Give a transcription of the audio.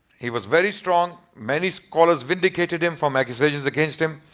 he was very strong. many scholars vindicated him from accusations against him.